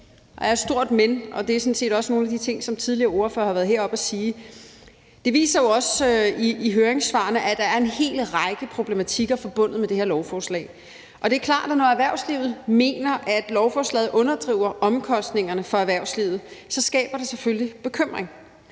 er et stort »men«, og det er sådan set også nogle af de ting, som tidligere ordførere har været heroppe at sige – det viser sig jo også i høringssvarene, at der er en hel række problematikker forbundet med det her lovforslag. Det er klart, at når erhvervslivet mener, at lovforslaget underdriver omkostningerne for erhvervslivet, skaber det selvfølgelig bekymring.